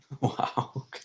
Wow